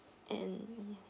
and